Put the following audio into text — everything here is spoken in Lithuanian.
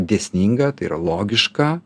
dėsninga tai yra logiška